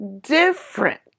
different